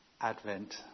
Advent